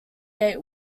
gate